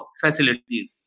facilities